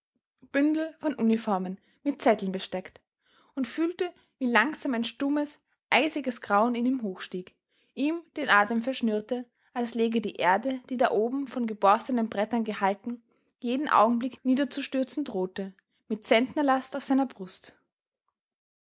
bündel von uniformen mit zetteln besteckt und fühlte wie langsam ein stummes eisiges grauen in ihm hochstieg ihm den atem verschnürte als läge die erde die da oben von geborstenen brettern gehalten jeden augenblick niederzustürzen drohte mit zentnerlast auf seiner brust